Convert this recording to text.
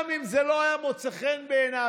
גם אם זה לא היה מוצא חן בעיניו,